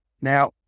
Now